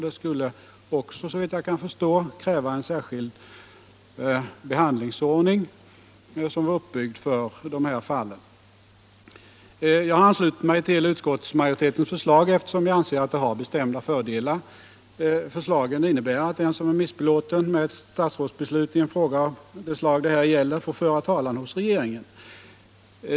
Det skulle vidare, såvitt jag kan förstå, kräva en särskild behandlingsordning för de här fallen. Jag har anslutit mig till utskottsmajoritetens förslag, eftersom jag anser att detta har bestämda fördelar. Det förslaget innebär att den som är missbelåten med ett statsrådsbeslut i en fråga av det slag det här gäller får föra talan hos regeringen.